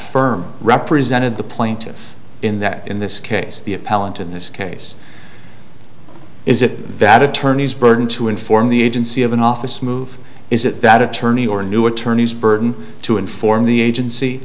firm represented the plaintiff in that in this case the appellant in this case is it that attorney's burden to inform the agency of an office move is that that attorney or new attorneys burden to inform the agency